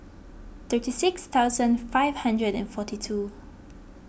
thirty six thousand five hundred and forty two